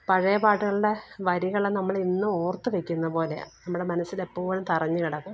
പഴയ പാട്ടുകളുടെ വരികൾ നമ്മളിന്നും ഓര്ത്തു വെയ്ക്കുന്ന പോലെയാണ് നമ്മുടെ മനസിലെപ്പോഴും തറഞ്ഞു കിടക്കും